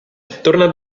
torna